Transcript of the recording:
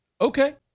Okay